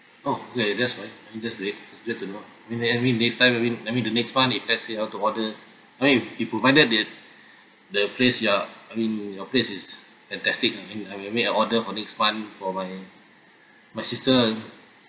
oh okay that's why I mean that's great it's good to know maybe I mean next time I mean the next one if let's say I want to order I mean if provided the the place you are I mean your place is fantastic I mean I will make an order for next month for my my sister